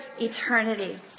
eternity